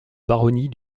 baronnie